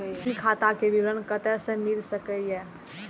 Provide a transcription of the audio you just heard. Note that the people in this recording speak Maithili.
ऋण खाता के विवरण कते से मिल सकै ये?